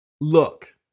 look